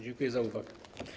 Dziękuję za uwagę.